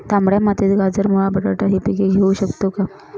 तांबड्या मातीत गाजर, मुळा, बटाटा हि पिके घेऊ शकतो का?